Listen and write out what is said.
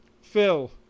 phil